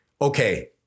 okay